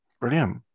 Brilliant